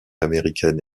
américaine